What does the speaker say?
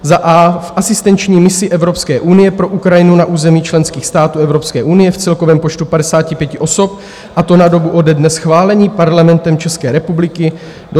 a) v asistenční misi Evropské unie pro Ukrajinu na území členských států Evropské unie v celkovém počtu 55 osob, a to na dobu ode dne schválení Parlamentem České republiky do 31. prosince 2024,